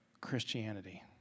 Christianity